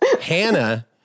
Hannah